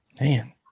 man